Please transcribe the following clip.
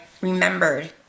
remembered